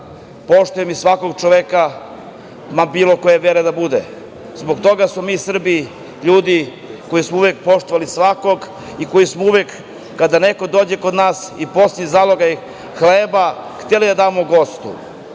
poštujem i svakog čoveka, bilo koje vere da je. Zbog toga smo mi Srbi ljudi koji uvek poštujemo svakog i koji smo, kada neko dođe kod nas, poslednji zalogaj hleba hteli da damo gostu.